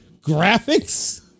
Graphics